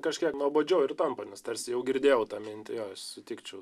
kažkiek nuobodžiau ir tampa nes tarsi jau girdėjau tą mintį jo sutikčiau